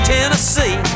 Tennessee